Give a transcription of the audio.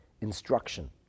instruction